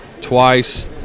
twice